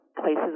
places